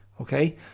okay